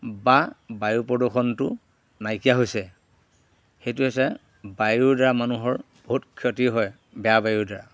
বা বায়ু প্ৰদূষণটো নাইকিয়া হৈছে সেইটো হৈছে বায়ুৰ দ্বাৰা মানুহৰ বহুত ক্ষতি হয় বেয়া বায়ুৰ দ্বাৰা